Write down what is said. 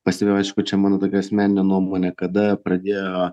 pastebėjau aišku čia mano tokia asmeninė nuomonė kada pradėjo